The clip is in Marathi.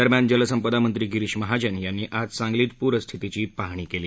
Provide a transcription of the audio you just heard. दरम्यान जलसंपदा मंत्री गिरीश महाजन यांनी आज सांगलीत पूरस्थितीची पाहणी केली